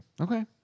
Okay